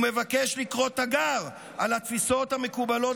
הוא מבקש לקרוא תיגר על התפיסות המקובלות